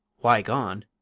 why gone,